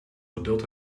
geduld